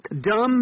dumb